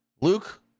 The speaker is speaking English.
Luke